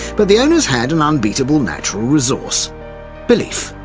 but the owners had an unbeatable natural resource belief.